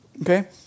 Okay